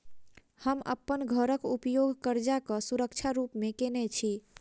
हम अप्पन घरक उपयोग करजाक सुरक्षा रूप मेँ केने छी